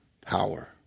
power